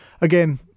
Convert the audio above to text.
Again